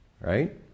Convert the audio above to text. right